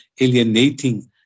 alienating